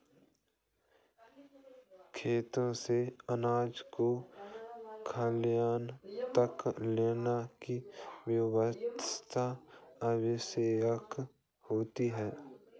खेत से अनाज को खलिहान तक लाने की व्यवस्था आवश्यक होती है